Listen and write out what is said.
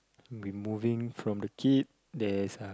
we moving from the kid there's uh